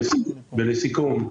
ולסיכום,